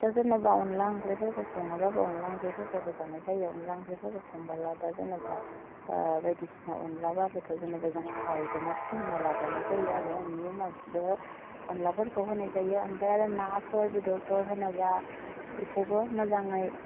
दा जेन'बा अनला ओंख्रिफोरखौ संङोबाबो अला ओंख्रिफोरखौबो जानाय जायो अनला ओंख्रिफोरखौ संबोला दा जेनेबा बायदिसिना अनलाबाबोथ' जेनेबा जों खारैदोनो फोमोन्ना लागोरनाय जायो आरो बिनि उनावसो अनलाफोरखौ होनाय जायो ओमफ्राय आरो नाफोर बेदरफोर होनोबा बेखौबो मोजाङै